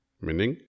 meaning